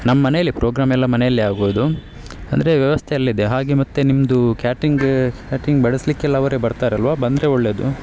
ನಮ್ಮ ಮನೇಲಿ ಪ್ರೋಗ್ರಾಮ್ ಎಲ್ಲ ಮನೆಯಲ್ಲೇ ಆಗುವುದು ಅಂದರೆ ವ್ಯವಸ್ಥೆ ಎಲ್ಲ ಇದೆ ಹಾಗೆ ಮತ್ತು ನಿಮ್ಮದು ಕ್ಯಾಟ್ರಿಂಗ ಕ್ಯಾಟ್ರಿಂಗ್ ಬಡಿಸ್ಲಿಕ್ಕೆಲ್ಲ ಅವರೇ ಬರ್ತಾರೆ ಅಲ್ಲವಾ ಬಂದರೆ ಒಳ್ಳೆಯದು